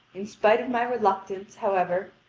in spite of my reluctance, however,